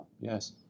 Yes